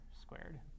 squared